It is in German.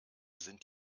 sind